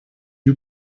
you